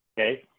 okay